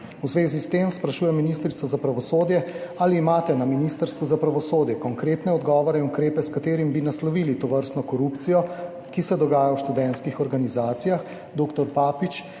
V zvezi s tem sprašujem ministrico za pravosodje: Ali imate na Ministrstvu za pravosodje konkretne odgovore in ukrepe, s katerimi bi naslovili tovrstno korupcijo, ki se dogaja v študentskih organizacijah? Dr. Papič,